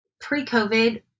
Pre-COVID